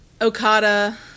Okada